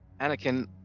Anakin